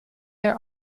their